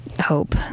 hope